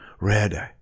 Red